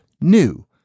new